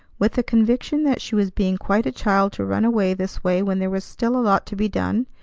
with a conviction that she was being quite a child to run away this way when there was still a lot to be done,